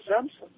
Simpson